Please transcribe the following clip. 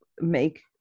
make